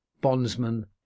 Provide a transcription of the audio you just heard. bondsman